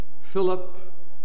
Philip